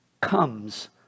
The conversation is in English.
comes